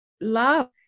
love